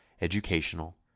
educational